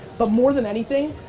but more than anything,